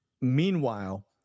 Meanwhile